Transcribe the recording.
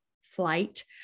flight